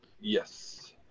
Yes